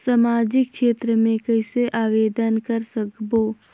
समाजिक क्षेत्र मे कइसे आवेदन कर सकबो?